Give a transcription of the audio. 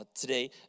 today